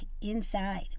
inside